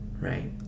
right